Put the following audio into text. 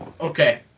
Okay